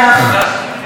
אינה נוכחת,